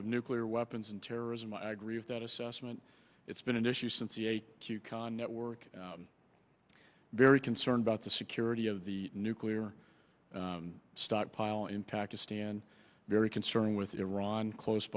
of nuclear weapons and terrorism i agree with that assessment it's been an issue since the a q khan network very concerned about the security of the nuclear stockpile in pakistan very concerning with iran close